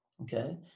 Okay